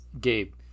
Gabe